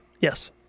Yes